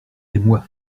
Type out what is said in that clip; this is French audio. émoi